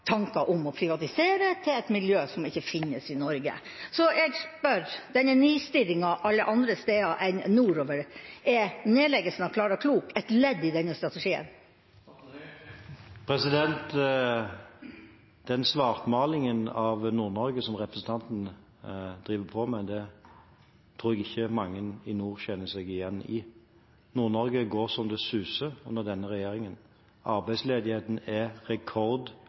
om å privatisere til et miljø som ikke finnes i Norge. Så jeg spør: Denne nistirringen alle andre steder enn nordover – er nedleggelsen av Klara Klok et ledd i den strategien? Den svartmalingen av Nord-Norge som representanten driver på med, tror jeg ikke mange i nord kjenner seg igjen i. Nord-Norge går så det suser med denne regjeringen. Arbeidsledigheten er